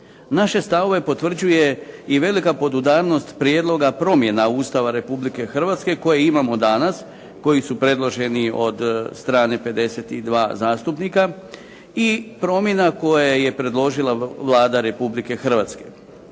Naše stavove potvrđuje i velika podudarnost prijedloga promjena Ustava Republike Hrvatske koje imamo danas, koji su predloženi od strane 52 zastupnika i promjena koje je predložila Vlada Republike Hrvatske.